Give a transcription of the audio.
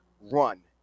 run